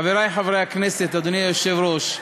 חברי חברי הכנסת, אדוני היושב-ראש,